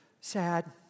sad